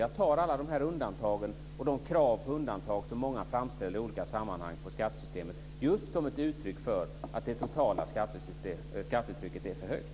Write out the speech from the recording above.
Jag tar alla undantag och de krav på undantag från skattesystemet som framställs i olika sammanhang som ett uttryck för att det totala skattetrycket är för högt.